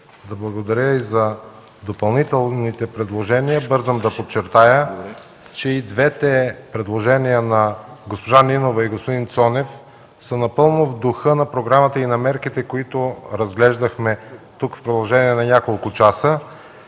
благодаря и за допълнителните предложения. Бързам да подчертая, че и двете предложения – на госпожа Нинова и на господин Цонев, са напълно в духа на програмата и на мерките, които в продължение на няколко часа